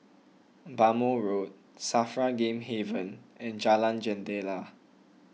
Bhamo Road Safra Game Haven and Jalan Jendela